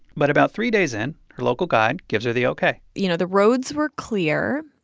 but about three days in, her local guide gives her the ok you know, the roads were clear.